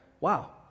wow